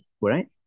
right